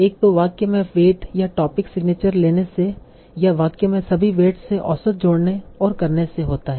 एक तो वाक्य में वेट या टोपिक सिग्नेचर लेने से या वाक्य में सभी वेट से औसत जोड़ने और करने से होता है